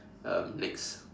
um next